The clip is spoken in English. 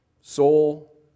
soul